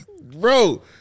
bro